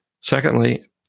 Secondly